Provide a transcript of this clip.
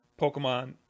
Pokemon